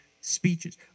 speeches